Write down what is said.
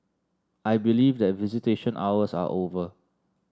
I believe that visitation hours are over